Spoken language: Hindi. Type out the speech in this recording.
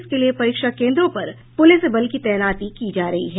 इसके लिए परीक्षा केन्द्रों पर पुलिस बल की तैनाती की जा रही है